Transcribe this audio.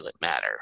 matter